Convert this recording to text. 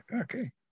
Okay